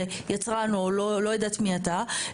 יצרן או לא יודעת מי אתה,